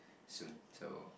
soon so